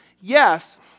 Yes